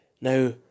now